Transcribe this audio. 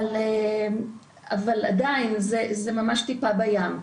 אבל עדיין זה ממש טיפה בים.